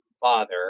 father